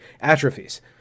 atrophies